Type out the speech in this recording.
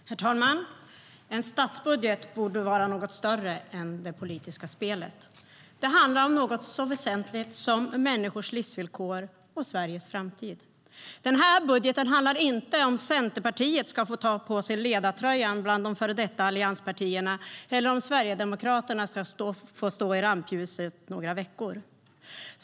Herr talman! En statsbudget borde vara något större än det politiska spelet. Det handlar om något så väsentligt som människors livsvillkor och Sveriges framtid. Den här budgeten handlar inte om huruvida Centerpartiet ska få ta ledartröjan bland de före detta allianspartierna eller om Sverigedemokraterna ska få stå i rampljuset under några veckor.